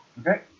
Okay